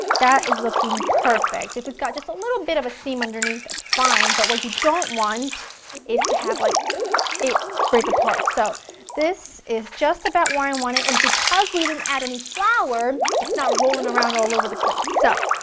that is looking perfect, if it has just a little bit of a seam underneath, that's fine but what you don't want is to have like it break apart so this is just about where i and want it and because we didn't add any flour, it's not rolling around all over the place. so,